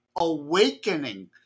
awakening